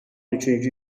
üçüncü